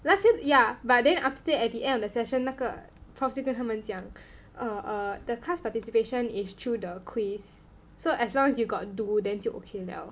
last year ya but then after that at the end of the session 那个 prof 就跟他们讲 err err the class participation is through the quiz so as long as you got do then 就 okay liao